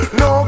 no